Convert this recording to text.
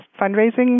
fundraising